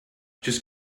just